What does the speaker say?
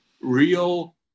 real